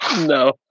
No